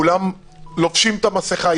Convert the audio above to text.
כולם חובשים את המסכה,